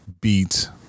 beat